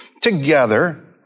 together